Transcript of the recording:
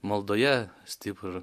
maldoje stiprų